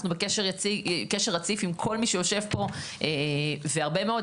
אנחנו בקשר רציף עם כל מי שיושב פה והרבה מאוד.